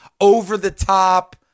over-the-top